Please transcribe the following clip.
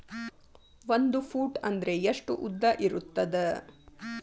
ಒಂದು ಫೂಟ್ ಅಂದ್ರೆ ಎಷ್ಟು ಉದ್ದ ಇರುತ್ತದ?